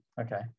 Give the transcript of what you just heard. Okay